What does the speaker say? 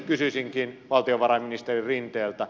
kysyisinkin valtiovarainministeri rinteeltä